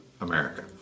America